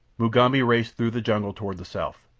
mugambi raced through the jungle toward the south.